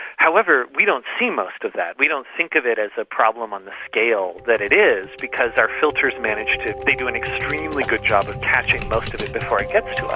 however, we don't see most of that, we don't think of it as a problem on the scale that it is because our filters manage. they do an extremely good job of catching most of